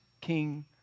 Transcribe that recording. King